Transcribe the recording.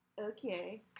Okay